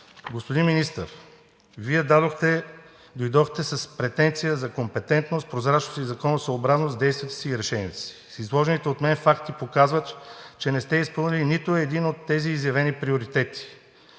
Господин Министър, Вие дойдохте с претенция за компетентност, прозрачност и законосъобразност в действията си и решенията си. Изложените от мен факти показват, че не сте изпълнили нито един от тези изявени приоритети.